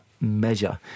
measure